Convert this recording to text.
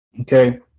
Okay